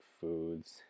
foods